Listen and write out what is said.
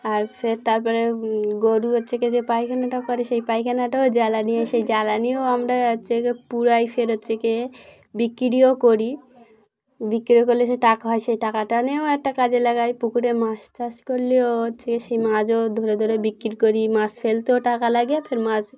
আর ফের তারপরে গরু হচ্ছে যে পায়খানাটা করে সেই পায়খানাটাও জ্বালানি হয় সেই জ্বালানিও আমরা হচ্ছে পুড়ায় ফের হচ্ছে গিয়ে বিক্রিও করি বিক্রি করলে সে টাকা হয় সেই টাকাটা নিয়েও একটা কাজে লাগায় পুকুরে মাছ চাষ করলেও হচ্ছে সেই মাছও ধরে ধরে বিক্রি করি মাছ ফেলতেও টাকা লাগে ফের মাছ